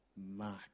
Mark